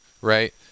right